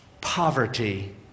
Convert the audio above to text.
poverty